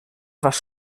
was